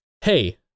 hey